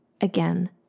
Again